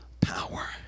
power